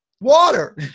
water